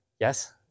Yes